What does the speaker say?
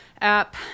app